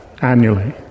annually